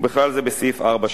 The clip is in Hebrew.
ובכלל זה בסעיף 4 שבה.